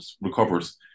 recovers